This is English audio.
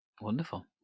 Wonderful